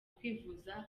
kwivuza